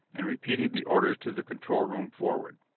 and repeated the orders to the control room forward.